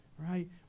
right